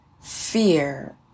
fear